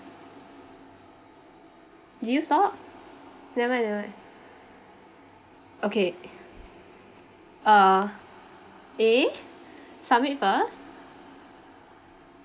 did you stop never mind never mind okay uh eh submit first